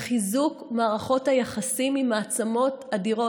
לחיזוק מערכות היחסים עם מעצמות אדירות,